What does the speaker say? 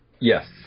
Yes